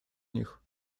них